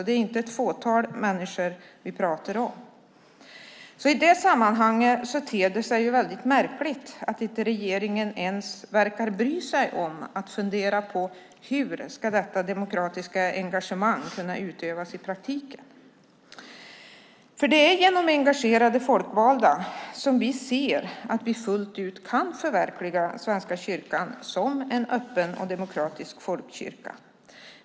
Det är inte ett fåtal människor vi pratar om. I det sammanhanget ter det sig väldigt märkligt att regeringen inte ens verkar bry sig om att fundera på hur detta demokratiska engagemang ska kunna utövas i praktiken. Det är genom engagerade folkvalda som vi fullt ut kan förverkliga Svenska kyrkan som en öppen och demokratisk folkkyrka.